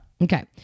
Okay